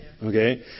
Okay